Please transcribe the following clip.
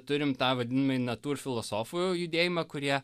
turim tą vadinami natūr filosofų judėjimą kurie